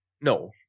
no